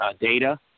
data